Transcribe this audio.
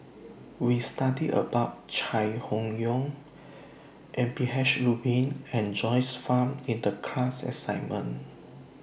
We studied about Chai Hon Yoong M P H Rubin and Joyce fan in The class assignment